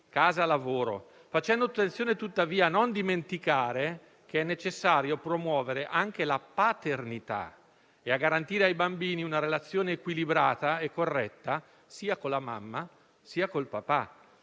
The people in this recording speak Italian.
casa-lavoro, facendo attenzione tuttavia a non dimenticare che è necessario promuovere anche la paternità e garantire ai bambini una relazione equilibrata e corretta sia con la mamma, sia col papà.